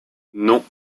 non